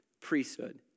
priesthood